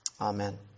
Amen